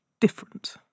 different